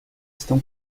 estão